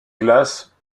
glace